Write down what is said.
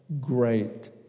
great